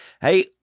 hey